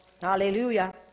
Hallelujah